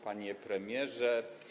Panie Premierze!